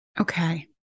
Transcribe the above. Okay